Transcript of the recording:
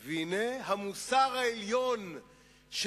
והנה, המוסר העליון של